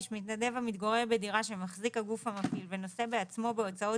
מתנדב המתגורר בדירה שמחזיק הגוף המפעיל ונושא בעצמו בהוצאות